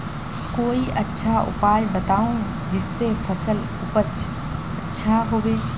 कोई अच्छा उपाय बताऊं जिससे फसल उपज अच्छा होबे